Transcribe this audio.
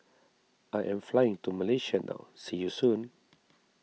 I am flying to Malaysia now see you soon